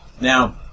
Now